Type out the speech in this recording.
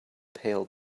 pail